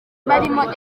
barimo